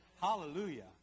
Hallelujah